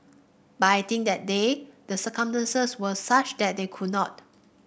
but I think that day the circumstances were such that they could not